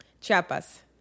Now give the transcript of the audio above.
Chiapas